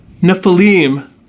Nephilim